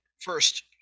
first